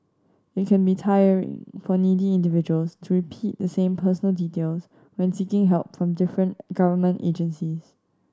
it can be tiring for needy individuals to repeat the same personal details when seeking help from different government agencies